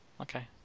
Okay